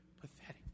pathetic